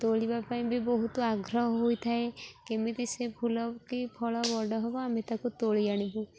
ତୋଳିବା ପାଇଁ ବି ବହୁତ ଆଗ୍ରହ ହୋଇଥାଏ କେମିତି ସେ ଫୁଲ କି ଫଳ ବଡ଼ ହବ ଆମେ ତାକୁ ତୋଳି ଆଣିବୁ